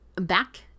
Back